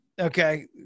Okay